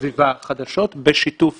סביבה חדשות בשיתוף